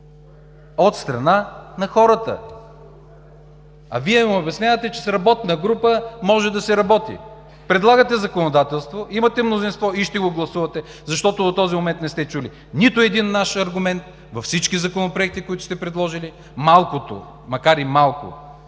от страна на хората. А Вие ми обяснявате, че с работна група може да се работи. Предлагате законодателство, имате мнозинство и ще го гласувате, защото до този момент не сте чули нито един наш аргумент по всички законопроекти, които сте предложили, макар и малко,